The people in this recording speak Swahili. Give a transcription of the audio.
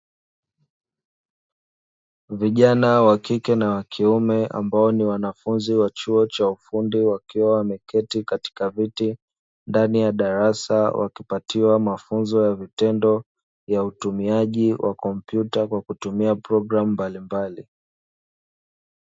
Vijana wa kike na wakiume ambao ni wanafunzi wa chuo cha ufundi wakiwa wameketi katika viti ndani ya darasa wakipatiwa mafunzo ya vitendo ya utumiaji wa komputa kwa kupitia programu mbalimbali.